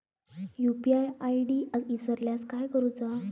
UPI ID इसरल्यास काय करुचा?